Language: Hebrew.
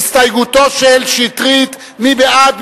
התש"ע 2010. הסתייגותו של שטרית: מי בעד?